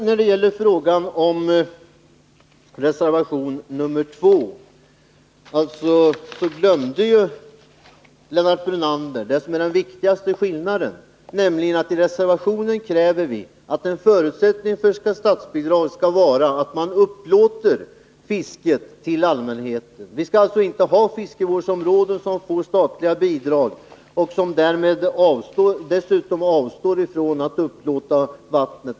När det sedan gäller reservation 2 glömde Lennart Brunander den viktigaste skillnaden, nämligen att vi i reservationen kräver att en förutsättning för att man skall få statsbidrag skall vara att man upplåter fisket till allmänheten. Vi skall alltså inte ha fiskevårdsområden där ägarna får statliga bidrag men avstår från att upplåta vattnet.